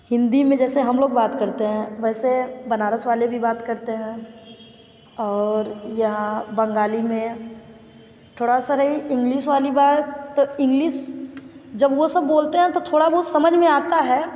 हिंदी में जैसे हम लोग बात करते हैं वैसे बनारस वाले भी बात करते हैं और यहाँ बंगाली में थोड़ा सा रही इंग्लिस वाली बात तो इंग्लिस जब वह सब बोलते हैं तो थोड़ा बहुत समझ में आता है